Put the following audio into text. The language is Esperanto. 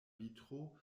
vitro